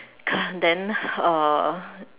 then uh